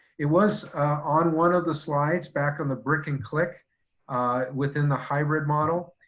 it was on one of the slides back on the brick and click within the hybrid model.